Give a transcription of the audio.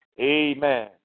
Amen